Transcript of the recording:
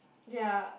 ya